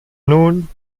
nun